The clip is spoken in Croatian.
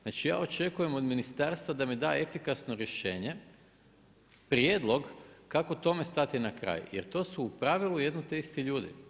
Znači, ja očekujem od ministarstva da mi da efikasno rješenje, prijedlog kako tome stati na kraj jer to su u pravilu jedni te isti ljudi.